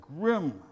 grim